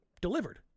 delivered